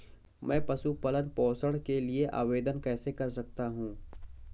मैं पशु पालन पोषण के लिए आवेदन कैसे कर सकता हूँ?